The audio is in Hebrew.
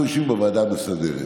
אנחנו יושבים בוועדה המסדרת.